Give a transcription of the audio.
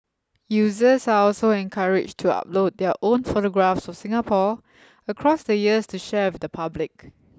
users are also encouraged to upload their own photographs of Singapore across the years to share with the public